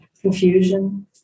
confusion